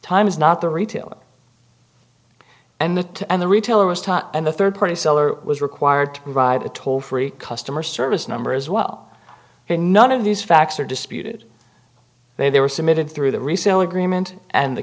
time is not the retail and that and the retailer and the third party seller was required to provide a toll free customer service number as well none of these facts are disputed they were submitted through the resale agreement and the